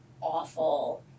awful